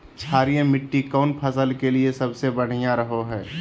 क्षारीय मिट्टी कौन फसल के लिए सबसे बढ़िया रहो हय?